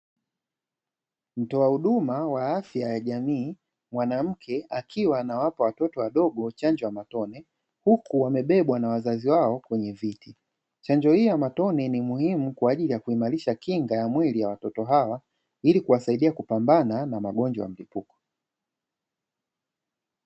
Mtoa huduma wa afya ya jamii mwanamke, akiwa anawapa watoto wadogo chanjo ya matone, huku amebebwa na wazazi wao kwenye kiti chanjo hii ya matone ni muhimu kwaajili ya kuimarisha miili ya watoto hawa ili kuwasaidia kupambana na magonjwa ya mlipuko.